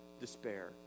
despair